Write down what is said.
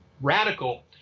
radical